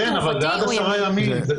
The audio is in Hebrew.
כן, אבל זה עד עשרה ימים.